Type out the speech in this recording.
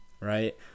right